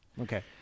Okay